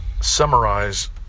summarize